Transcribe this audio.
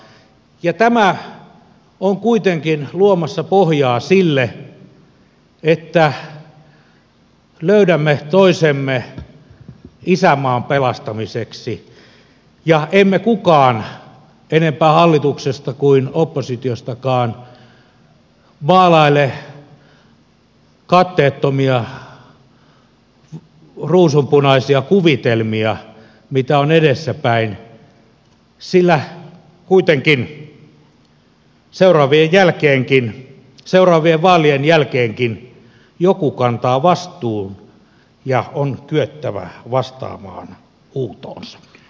tämä on kuitenkin luomassa pohjaa sille että löydämme toisemme isänmaan pelastamiseksi ja emme kukaan enempää hallituksesta kuin oppositiostakaan maalaile katteettomia ruusunpunaisia kuvitelmia mitä on edessäpäin sillä kuitenkin seuraavien vaalien jälkeenkin joku kantaa vastuun ja on kyettävä vastaamaan huutoonsa